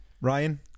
Ryan